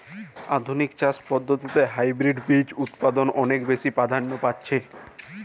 আধুনিক চাষ পদ্ধতিতে হাইব্রিড বীজ উৎপাদন অনেক বেশী প্রাধান্য পাচ্ছে